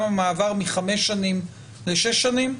גם המעבר מחמש שנים לשש שנים?